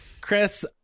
Chris